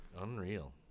Unreal